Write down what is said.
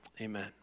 amen